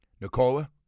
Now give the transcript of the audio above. Nicola